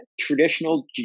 traditional